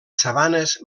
sabanes